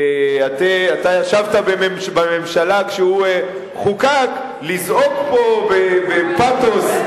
שאתה ישבת בממשלה כשהוא חוקק, לזעוק פה בפתוס,